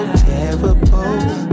terrible